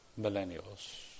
millennials